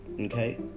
Okay